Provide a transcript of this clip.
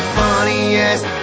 funniest